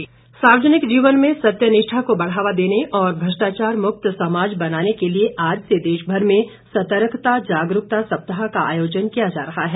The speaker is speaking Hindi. सर्तकता सप्ताह सार्वजनिक जीवन में सत्यनिष्ठा को बढ़ावा देने और भ्रष्टाचार मुक्त समाज बनाने के लिए आज से देशभर में सतर्कता जागरूकता सप्ताह का आयोजन किया जा रहा है